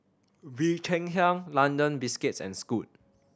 Bee Cheng Hiang London Biscuits and Scoot